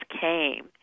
came